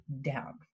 down